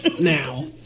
now